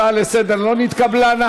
ההצעה לסדר-היום לא נתקבלה.